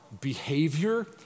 behavior